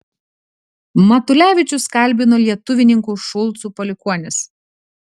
matulevičius kalbino lietuvininkų šulcų palikuonis